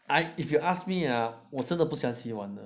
if you ask me 我真的不喜欢洗碗的